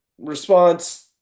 response